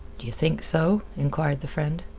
d'yeh think so? inquired the friend.